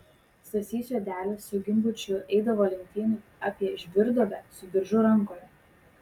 stasys juodelis su gimbučiu eidavo lenktynių apie žvyrduobę su diržu rankoje